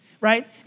right